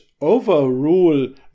overrule